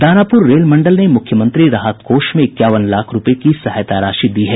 Danapur rail मंडल ने मुख्यमंत्री राहत कोष में इक्यावन लाख रूपये की सहायता राशि दी है